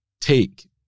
take